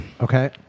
Okay